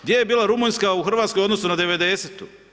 Gdje je bila Rumunjska u Hrvatskoj u odnosu na 90.-tu?